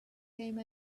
came